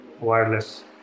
wireless